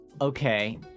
Okay